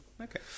Okay